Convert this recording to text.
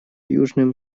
южным